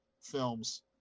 films